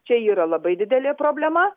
čia yra labai didelė problema